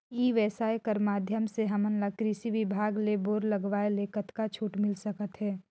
ई व्यवसाय कर माध्यम से हमन ला कृषि विभाग ले बोर लगवाए ले कतका छूट मिल सकत हे?